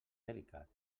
delicat